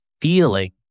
feeling